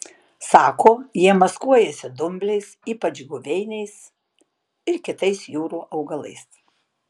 sako jie maskuojasi dumbliais ypač guveiniais ir kitais jūrų augalais